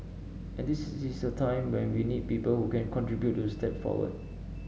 and this is a time when we need people who can contribute to step forward